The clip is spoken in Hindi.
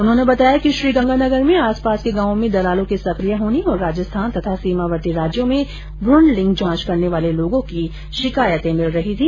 उन्होंने बताया कि श्रीगंगानगर में आस पास के गांवों में दलालों के सक्रिय होने और राजस्थान तथा सीमावर्ती राज्यों में भ्रण लिंग जांच करने वाले लोगों की शिकायत मिल रही थी